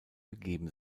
gegeben